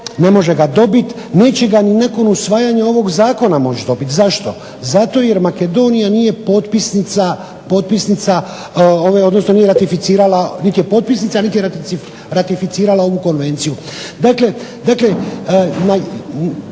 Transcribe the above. neće ga ni nakon usvajanja ovog zakona moći dobiti. Zašto? Zato jer Makedonija nije potpisnica niti je ratificirala ovu konvenciju.